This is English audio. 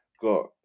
got